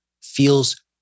Feels